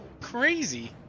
Crazy